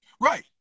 Right